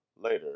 later